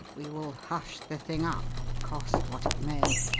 we will hush the thing up, cost what it may.